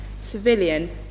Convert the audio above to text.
Civilian